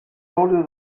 olio